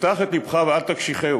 תפתח את לבך ואל תקשיחהו.